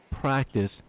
practice